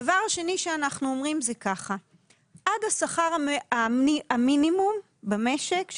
הדבר השני שאנחנו אומרים הוא שעד השכר המינימום במשק,